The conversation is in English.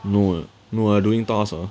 no no I doing task ah